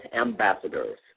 ambassadors